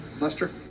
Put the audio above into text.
Lester